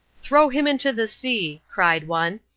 throw him into the sea! cried one.